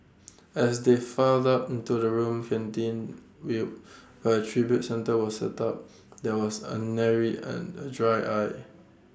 as they filed up into the room canteen view but tribute centre was set up there was A nary an A dry eye